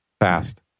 Fast